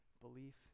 belief